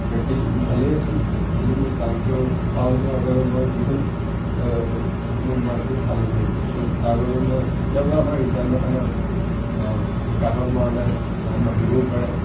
practice ভালেই আছিল খালি মোৰ জাম্পটো ফাউল হোৱাৰ বাবে মই কি হ'ল মোৰ মাৰ্কটো ভাল নাহিল চ' তাৰ বাবে মই এতিয়া বাৰু আমাৰ ৰিজাল্ট অহা নাই কাট অফ মৰা নাই নাম আহিবও পাৰে